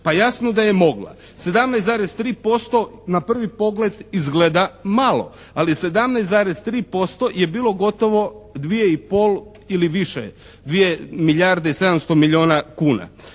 Pa jasno da je mogla. 17,3% na prvi pogled izgleda malo, ali 17,3% je bilo gotovo 2 i pol ili više 2 milijarde i 700 milijona kuna